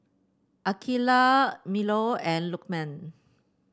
Aqeelah Melur and Lukman